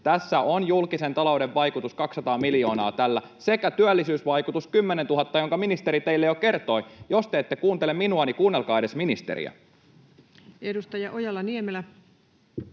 Tässä on julkisen talouden vaikutus 200 miljoonaa tällä sekä työllisyysvaikutus 10 000, jonka ministeri teille jo kertoi. Jos te ette kuuntele minua, niin kuunnelkaa edes ministeriä. [Speech 132] Speaker: